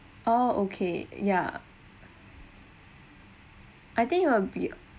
oh okay yeah I think it will be